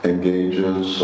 Engages